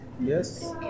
Yes